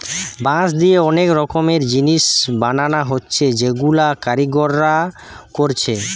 বাঁশ দিয়ে অনেক রকমের জিনিস বানানা হচ্ছে যেগুলা কারিগররা কোরছে